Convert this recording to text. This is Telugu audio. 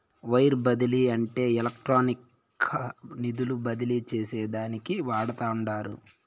వైర్ బదిలీ అంటే ఎలక్ట్రానిక్గా నిధులు బదిలీ చేసేదానికి వాడతండారు